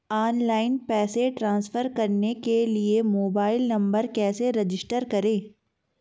Online पैसे transfer करने के लिए मोबाइल नंबर कैसे रजिस्टर करें?